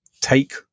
take